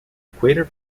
equator